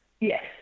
Yes